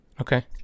okay